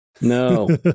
No